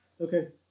Okay